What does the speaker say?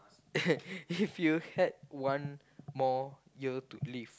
if you had one more year to live